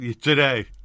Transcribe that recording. today